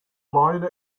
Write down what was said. line